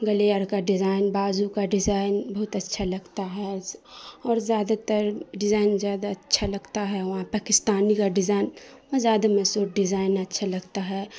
گلیر کا ڈیزائن بازو کا ڈیزائن بہت اچھا لگتا ہے اس اور زیادہ تر ڈیزائن زیادہ اچھا لگتا ہے وہاں پاکستانی کا ڈیزائن وہاں زیادہ میں سوٹ ڈیزائن اچھا لگتا ہے